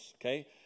okay